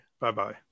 Bye-bye